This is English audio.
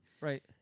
Right